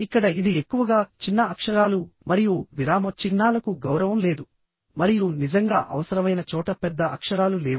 ఇక్కడ ఇది ఎక్కువగా చిన్న అక్షరాలు మరియు విరామ చిహ్నాలకు గౌరవం లేదు మరియు నిజంగా అవసరమైన చోట పెద్ద అక్షరాలు లేవు